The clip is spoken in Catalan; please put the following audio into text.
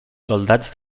soldats